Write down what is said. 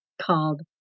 called